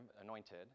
anointed